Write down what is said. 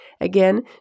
Again